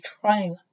trying